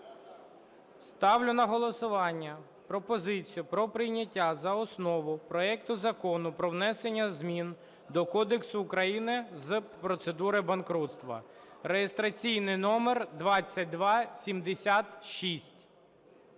Ставлю на голосування пропозицію про прийняття за основу проекту Закону про внесення змін до Кодексу України з процедури банкрутства (реєстраційний номер 2276).